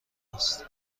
است